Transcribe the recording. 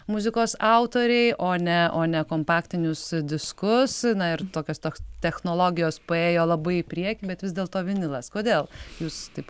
muzikos autoriai o ne o ne kompaktinius diskus na ir tokios toks technologijos paėjo labai į priekį bet vis dėlto vinilas kodėl jūs taip